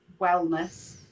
wellness